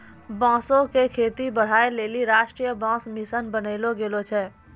बांसो क खेती बढ़ाय लेलि राष्ट्रीय बांस मिशन बनैलो गेलो छै